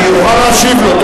תוכל להשיב לו.